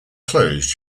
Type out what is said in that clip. closed